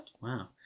Wow